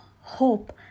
hope